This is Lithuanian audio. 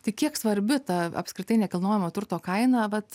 tai kiek svarbi ta apskritai nekilnojamo turto kaina vat